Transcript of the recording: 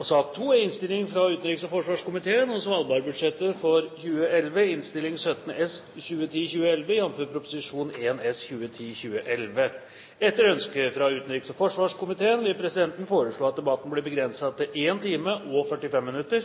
og forsvarskomiteen vil presidenten foreslå at sakene nr. 1 og 2 behandles under ett – og anser det som vedtatt. Etter ønske fra utenriks- og forsvarskomiteen vil presidenten foreslå at debatten blir begrenset til 1 time og 45 minutter,